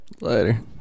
Later